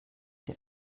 der